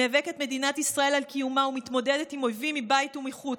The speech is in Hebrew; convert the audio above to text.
נאבקת מדינת ישראל על קיומה ומתמודדת עם אויבים מבית ומחוץ,